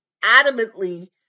adamantly